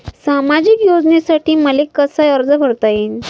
सामाजिक योजनेसाठी मले कसा अर्ज करता येईन?